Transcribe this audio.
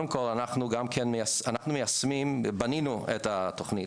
אנחנו בנינו את התוכנית.